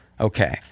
Okay